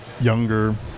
younger